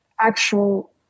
actual